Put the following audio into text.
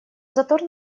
затор